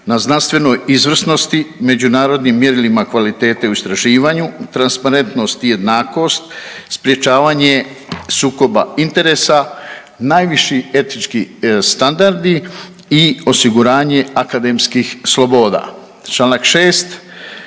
na znanstvenoj izvrsnosti, međunarodnim mjerilima kvalitete u istraživanju, transparentnost i jednakost, sprječavanje sukoba interesa, najviši etički standardi i osiguranje akademskih sloboda.